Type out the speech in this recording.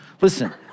Listen